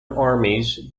armies